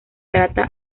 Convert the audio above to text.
trata